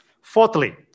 Fourthly